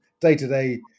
day-to-day